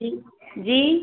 जी जी